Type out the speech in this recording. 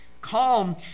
Calm